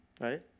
right